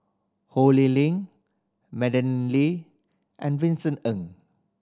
Ho Lee Ling Madeleine Lee and Vincent Ng